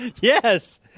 Yes